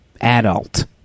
Adult